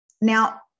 Now